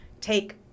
take